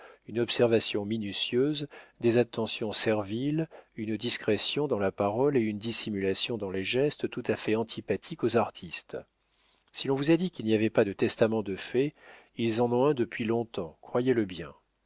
une observation minutieuse des attentions serviles une discrétion dans la parole et une dissimulation dans les gestes tout à fait antipathiques aux artistes si l'on vous a dit qu'il n'y avait pas de testament de fait ils en ont un depuis long-temps croyez-le bien